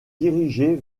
dirigés